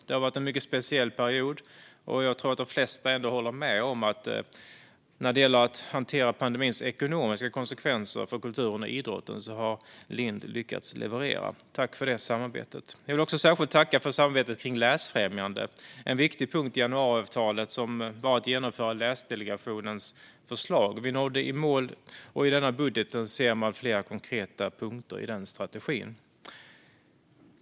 Det har varit en mycket speciell period, och jag tror att de flesta ändå håller med om att när det gällt att hantera pandemins ekonomiska konsekvenser för kulturen och idrotten har Lind lyckats leverera. Tack för samarbetet kring detta! Jag vill också särskilt tacka för samarbetet kring läsfrämjande. En viktig punkt i januariavtalet var att genomföra Läsdelegationens förslag. Vi nådde i mål, och i denna budget ser man flera konkreta punkter i strategin för detta.